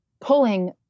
pulling